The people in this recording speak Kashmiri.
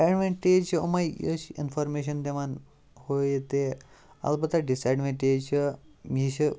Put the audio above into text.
ایٚڈونٹیج چھِ یِمے یۄس یہِ انفارمیشَن دِوان ہُہ یہِ تہِ اَلبَتہ ڈِس ایٚڈوٚنٹیج چھِ یہِ چھِ